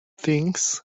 things